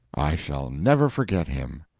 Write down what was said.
i shall never forget him.